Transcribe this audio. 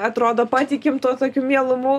atrodo patikim tuo tokiu mielumu